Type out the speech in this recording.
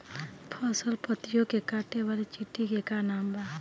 फसल पतियो के काटे वाले चिटि के का नाव बा?